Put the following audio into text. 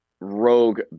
rogue